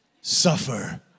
suffer